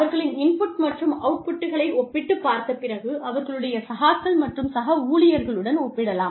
அவர்களின் இன்புட் மற்றும் அவுட்புட்களை ஒப்பிட்டுப் பார்த்த பிறகு அவர்களுடைய சகாக்கள் மற்றும் சக ஊழியர்களுடன் ஒப்பிடலாம்